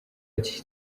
ati